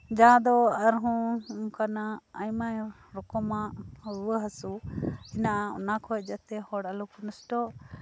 ᱡᱟᱦᱟᱸ ᱫᱚ ᱟᱨᱦᱚᱸ ᱚᱱᱠᱟᱱᱟᱜ ᱟᱭᱢᱟ ᱨᱚᱠᱚᱢᱟᱜ ᱨᱩᱣᱟᱹ ᱦᱟᱹᱥᱩ ᱦᱮᱱᱟᱜ ᱚᱱᱟ ᱠᱷᱚᱱ ᱡᱟᱛᱮ ᱦᱚᱲ ᱟᱞᱚ ᱠᱚ ᱱᱚᱥᱴᱚᱜ